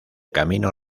camino